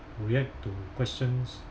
react to questions